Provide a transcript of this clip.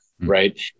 Right